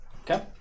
Okay